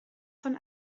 von